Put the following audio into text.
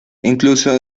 incluso